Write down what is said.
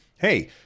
hey